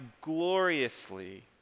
gloriously